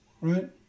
right